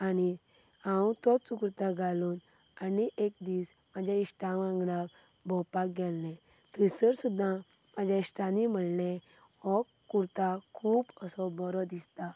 आनी हांव तोच कुर्ता घालून आनी एक दीस म्हज्या इश्टा वांगडा भोंवपाक गेल्लें थंयसर सुद्दां म्हज्या इश्टांनी म्हणलें हो कुर्ता खूब असो बरो दिसता